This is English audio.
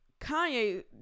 Kanye